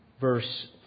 verse